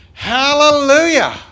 Hallelujah